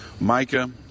Micah